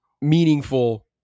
meaningful